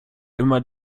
immer